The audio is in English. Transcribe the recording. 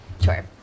Sure